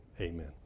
Amen